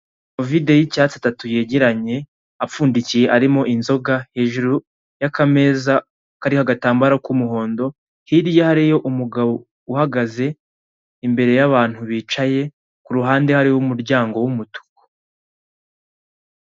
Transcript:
Amavide y'icyatsi atatu yegeranye afundikiye arimo inzoga, hejuru y'akameza kariho agatambaro k'umuhondo, hirya hariyo umugabo uhagaze imbere y'abantu bicaye, kuruhande hari umuryango w'umutuku.